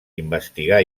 investigar